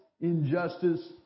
injustice